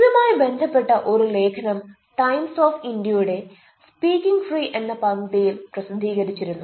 ഇതുമായി ബന്ധപ്പെട്ട ഒരു ലേഖനം ടൈംസ് ഓഫ് ഇന്ത്യയുടെ സ്പീക്കിംഗ് ട്രീ എന്ന പംക്തിയിൽ പ്രസിദ്ധീകരിച്ചിരുന്നു